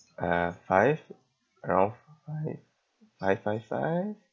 uh five around five five five five